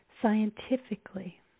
scientifically